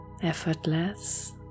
effortless